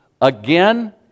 again